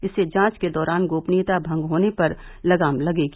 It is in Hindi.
इससे जांच के दौरान गोपनीयता भंग होने पर लगाम लगेगी